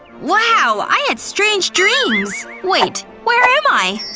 wow. i had strange dreams wait. where am i?